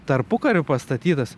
tarpukariu pastatytas